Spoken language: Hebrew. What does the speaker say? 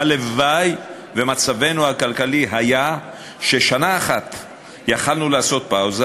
הלוואי שמצבנו הכלכלי היה ששנה אחת יכולנו לעשות פאוזה,